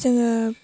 जोङो